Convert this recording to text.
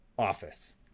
Office